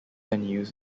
venues